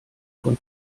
von